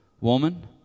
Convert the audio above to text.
Woman